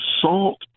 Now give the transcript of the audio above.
salt